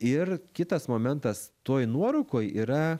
ir kitas momentas toj nuorūkoj yra